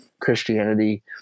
Christianity